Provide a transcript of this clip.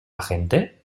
gente